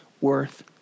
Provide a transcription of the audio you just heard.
worth